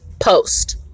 Post